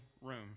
room